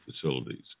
facilities